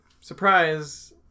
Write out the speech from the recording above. surprise